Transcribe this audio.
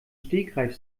stegreif